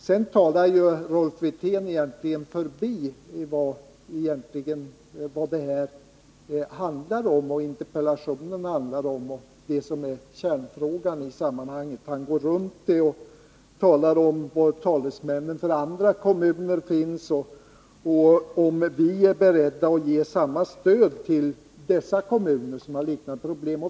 Sedan talar Rolf Wirtén egentligen förbi det som interpellationen handlar om och det som är kärnfrågan i sammanhanget. Han går runt det och talar om var talesmännen för andra kommuner finns samt undrar om vi är beredda att ge samma stöd till dessa kommuner som har liknande problem.